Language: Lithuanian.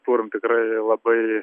turim tikrai labai